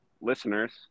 Listeners